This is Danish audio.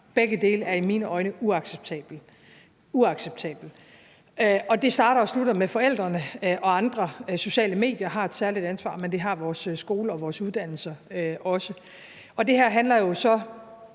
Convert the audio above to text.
Begge dele er i mine øjne uacceptabelt – uacceptabelt – og det starter og slutter med forældrene og andre, og sociale medier har et særligt ansvar, men det har vores skoler og vores uddannelser også. Det her handler jo så